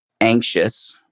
anxious